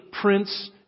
Prince